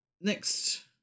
next